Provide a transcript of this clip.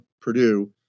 Purdue